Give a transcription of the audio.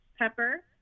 Pepper